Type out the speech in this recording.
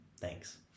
Thanks